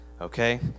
Okay